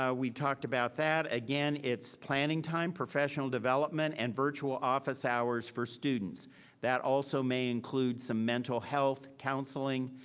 ah we've talked about that again, it's planning time, professional development and virtual office hours for students that also may include some mental health counseling.